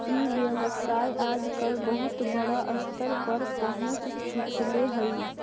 ई व्यवसाय आजकल बहुत बड़ा स्तर पर पहुँच चुकले हइ